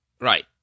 right